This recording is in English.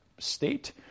state